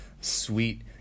sweet